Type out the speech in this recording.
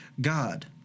God